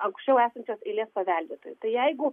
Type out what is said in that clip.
aukščiau esančio eilė paveldėtų tai jeigu